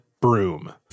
broom